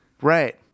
Right